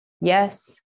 yes